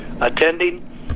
attending